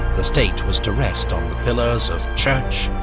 the state was to rest on the pillars of church,